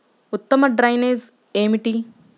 ఉత్తమ డ్రైనేజ్ ఏమిటి?